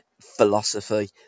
philosophy